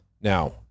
Now